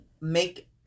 make